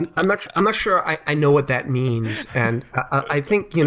and i'm i'm not sure i know what that means, and i think